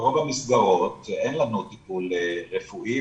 ברוב המסגרות אין לנו טיפול רפואי,